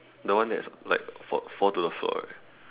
the one that's like fall fall to the floor right